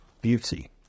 beauty